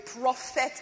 prophet